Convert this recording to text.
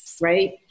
right